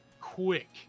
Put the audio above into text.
quick